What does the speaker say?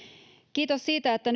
kiitos siitä että